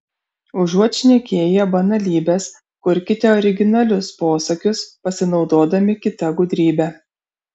užuot šnekėję banalybes kurkite originalius posakius pasinaudodami kita gudrybe